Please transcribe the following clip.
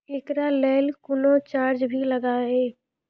एकरा लेल कुनो चार्ज भी लागैये?